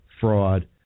fraud